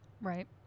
Right